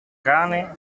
cane